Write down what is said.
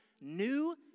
new